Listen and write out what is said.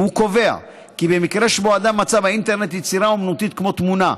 והוא קובע כי במקרה שבו אדם מצא באינטרנט יצירה אומנותית כמו תמונה,